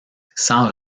sans